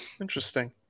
Interesting